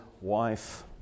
wife